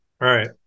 right